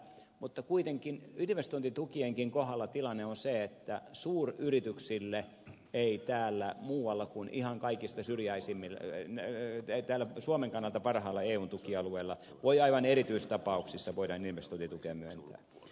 mutta kuitenkin investointitukienkin kohdalla tilanne on se että suuryrityksille täällä muualla kuin ihan kaikesta syrjäisimmillä ei näy kentällä suomen kannalta parhailla eun tukialueilla aivan erityistapauksissa voidaan investointitukea myöntää